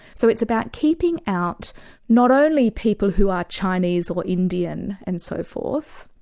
so it's about keeping out not only people who are chinese or indian and so forth,